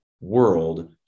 world